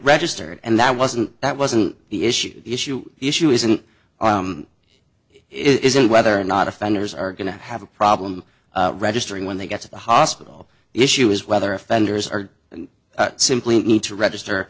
registered and that wasn't that wasn't the issue the issue the issue isn't isn't whether or not offenders are going to have a problem registering when they get to the hospital the issue is whether offenders are simply need to register